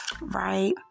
right